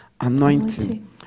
anointing